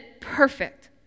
perfect